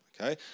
Okay